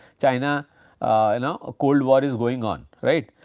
china you know a cold war is going on right.